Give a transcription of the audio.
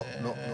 לא.